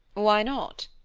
why not?